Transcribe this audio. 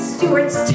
Stewart's